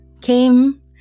came